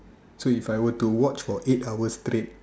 so if I were to watch for eight hours straight